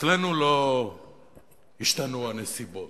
אצלנו לא השתנו הנסיבות.